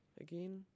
again